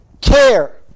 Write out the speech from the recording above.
care